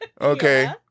Okay